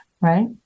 right